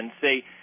say